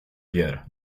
piedra